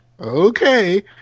okay